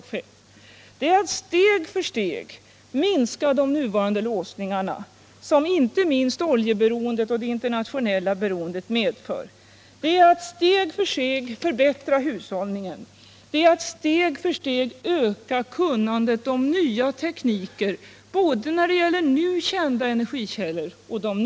Att arbeta för handlingsfrihet i energipolitiken är att steg för steg minska de nuvarande låsningarna som inte minst oljeberoendet och det internationella beroendet medför, att steg för steg förbättra hushållningen och att steg för steg öka kunnandet om nya tekniker både när det gäller nu kända energikällor och nya.